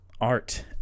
art